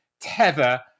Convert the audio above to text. Tether